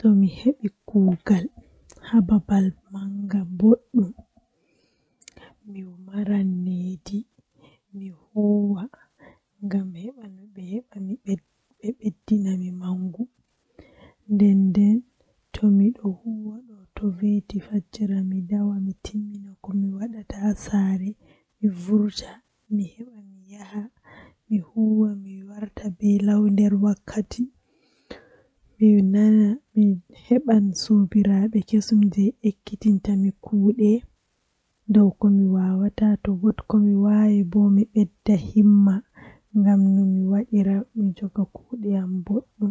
Ndikka mi laatake koomoi andi am haami yahi fuu himbe toran laara am be hoosa footooji ba am bedon yidi haala am mi naftiran be man bo ngam mi tefa ceede.